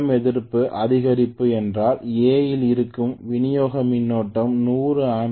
புலம் எதிர்ப்பு அதிகரிப்பு என்றால் A இல் இருக்கும் விநியோக மின்னோட்டம் 100Ampere ஆக இருக்கும்போது வேகத்தைக் கண்டறியவும்